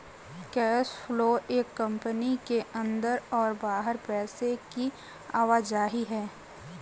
cash flow एक company के अंदर और बाहर पैसे की आवाजाही है